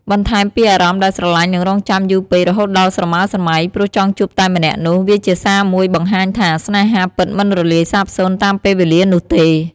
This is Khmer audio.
បន្ថែមពី អារម្មណ៍ដែលស្រលាញ់និងរងចាំយូរពេករហូតដល់ស្រមើស្រម៉ៃ ព្រោះចង់ជួបតែម្នាក់នោះ វាជាសារមួយបង្ហាញថា ស្នេហាពិតមិនរលាយសាបសូន្យតាមពេលវេលានោះទេ។។